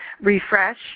refresh